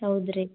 ಹೌದು ರೀ